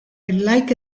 like